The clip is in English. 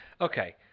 Okay